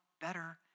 better